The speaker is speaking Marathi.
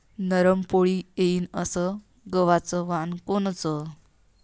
नरम पोळी येईन अस गवाचं वान कोनचं?